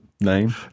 name